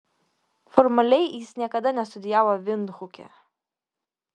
formaliai jis niekada nestudijavo vindhuke